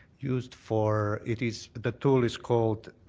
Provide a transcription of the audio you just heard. used for it is the tool is called